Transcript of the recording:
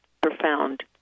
profound